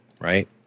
Right